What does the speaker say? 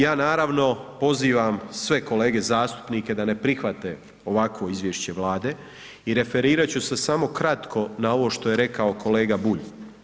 Ja naravno pozivam sve kolege zastupnike da ne prihvate ovakvo izvješće Vlade i referirat ću se samo kratko na ovo što je rekao kolega Bulj.